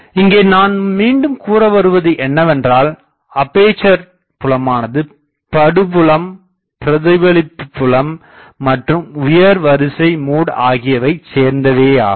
இங்கே நான் மீண்டும் கூறவருவது என்னவென்றால் அப்பேசர் புலமானது படு புலம் பிரதிபலிப்பு புலம் மற்றும் உயர் வரிசை மோட் ஆகியவை சேர்ந்ததேயாகும்